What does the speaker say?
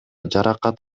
жаракат